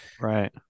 Right